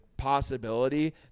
possibility